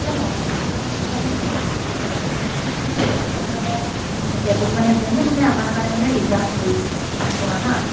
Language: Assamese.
অঁ সেইটো কাৰণে তুমি মানে যেনে তেনে মানে এখন মানে টেবুল মানে যেনে তেনে আমাৰ কাৰণে মানে ৰিজাৰ্ভ কৰি থোৱা হা